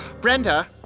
Brenda